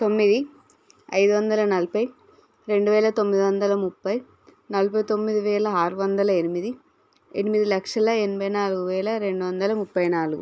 తొమ్మిది ఐదు వందల నలభై రెండు వేల తొమ్మిది వందల ముప్పై నలభై తొమ్మిది వేల ఆరు వందల ఎనిమిది ఎనిమిది లక్షల ఎనభై నాలుగు వేల రెండు వందల ముప్పై నాలుగు